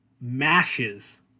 mashes